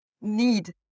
need